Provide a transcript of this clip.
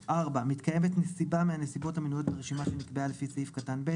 4.מתקיימת נסיבה מהנסיבות המנויות ברשימה שנקבעה לפי סעיף קטן ב',